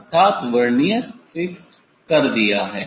अर्थात vernier fixed कर दिया है